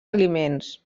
aliments